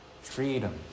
freedom